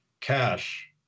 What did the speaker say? cash